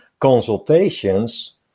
consultations